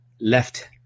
left